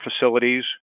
facilities